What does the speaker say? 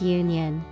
union